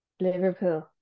Liverpool